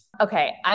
Okay